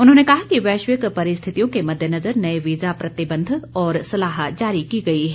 उन्होंने कहा कि वैश्विक परिस्थितियों के मद्देनजर नये वीजा प्रतिबंध और सलाह जारी की गई है